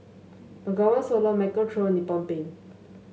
Bengawan Solo Michael Trio Nippon Paint